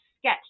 sketch